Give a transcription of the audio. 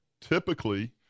Typically